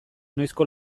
noizko